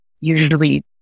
usually